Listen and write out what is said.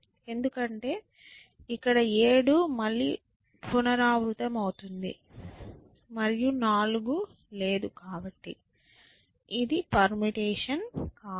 ఎందుకంటే 7 పునరావృతమవుతుంది మరియు 4 లేదు కాబట్టి ఇది పెర్ముటేషన్ కాదు